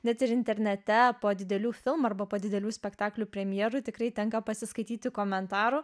net ir internete po didelių filmų arba po didelių spektaklių premjerų tikrai tenka pasiskaityti komentarų